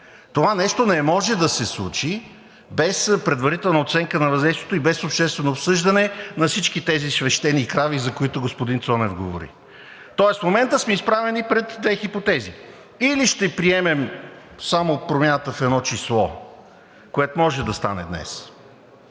Това нещо не може да се случи без предварителна оценка на въздействието и без обществено обсъждане на всички тези свещени крави, за които господин Цонев говори. Тоест в момента сме изправени пред две хипотези – или ще приемем само промяната в едно число, което може да стане днес,